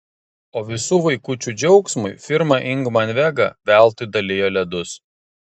o visų vaikučių džiaugsmui firma ingman vega veltui dalijo ledus